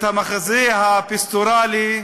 את המחזה הפסטורלי,